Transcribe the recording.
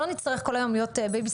שלא נצטרך כל היום להיות בייביסיטר,